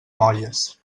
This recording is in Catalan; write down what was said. molles